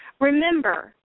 remember